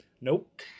Nope